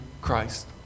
Christ